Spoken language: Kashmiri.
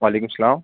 وعلیکم سلام